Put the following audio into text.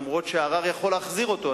אף-על-פי שהערר יכול להחזיר אותו.